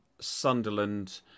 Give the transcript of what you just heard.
Sunderland